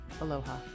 Aloha